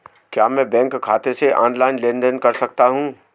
क्या मैं बैंक खाते से ऑनलाइन लेनदेन कर सकता हूं?